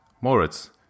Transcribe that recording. moritz